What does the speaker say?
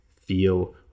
feel